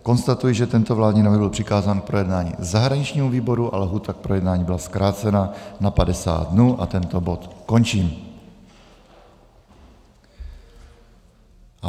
Konstatuji, že tento vládní návrh byl přikázán k projednání zahraničnímu výboru a lhůta k projednání byla zkrácena na 50 dnů, a tento bod končím.